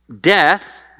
death